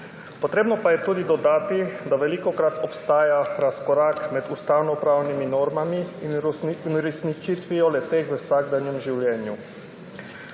Potrebno pa je tudi dodati, da velikokrat obstaja razkorak med ustavnopravnimi normami in uresničitvijo le-teh v vsakdanjem življenju.